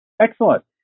Excellent